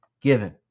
given